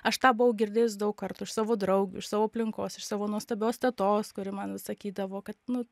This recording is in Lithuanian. aš tą buvau girdėjus daug kartų iš savo draugių iš savo aplinkos iš savo nuostabios tetos kuri man vis sakydavo kad nu